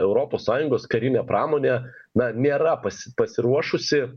europos sąjungos karinė pramonė na nėra pasi pasiruošusi